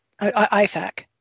IFAC